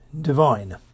divine